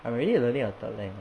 I'm already learning a third lang [what]